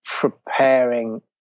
preparing